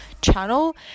channel